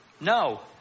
No